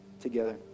together